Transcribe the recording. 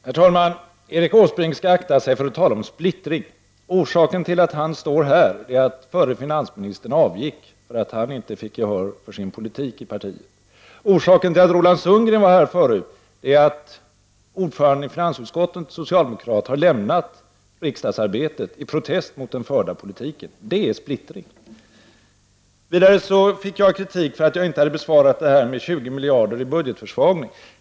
Herr talman! Erik Åsbrink skall akta sig för att tala om splittring. Orsaken till att han står här är att förre finansministern avgick därför att han inte fick gehör för sin politik i partiet. Orsaken till att Roland Sundgren var här tidigare är att den socialdemokratiske ordföranden i finansutskottet har lämnat riksdagsarbetet i protest mot den förda politiken. Det är splittring. Vidare fick jag kritik för att jag inte hade besvarat frågan om 20 miljarder i budgetförsvagning.